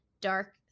Dark